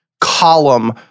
column